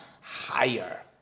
higher